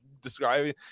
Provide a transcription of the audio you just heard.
describing